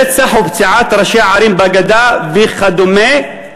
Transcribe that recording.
רצח ופציעת ראשי ערים בגדה וכדומה,